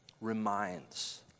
reminds